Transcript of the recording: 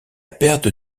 perte